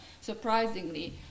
surprisingly